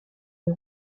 des